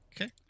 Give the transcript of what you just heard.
Okay